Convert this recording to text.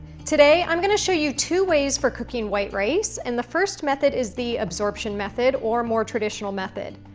today, i'm gonna show you two ways for cooking white rice, and the first method is the absorption method, or more traditional method.